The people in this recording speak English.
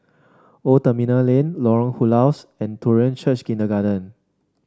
Old Terminal Lane Lorong Halus and Korean Church Kindergarten